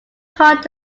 kong